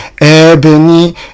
Ebony